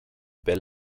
bell